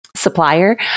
supplier